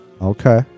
Okay